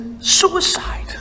suicide